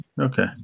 Okay